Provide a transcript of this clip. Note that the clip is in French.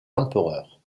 empereurs